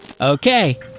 Okay